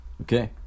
Okay